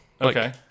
Okay